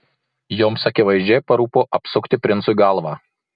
joms akivaizdžiai parūpo apsukti princui galvą